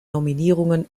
nominierungen